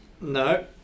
No